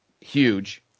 Huge